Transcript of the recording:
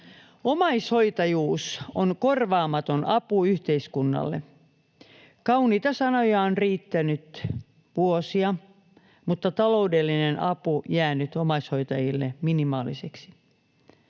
Omaishoitajuus on korvaamaton apu yhteiskunnalle. Kauniita sanoja on riittänyt vuosia mutta taloudellinen apu omaishoitajille jäänyt minimaaliseksi.